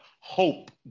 hope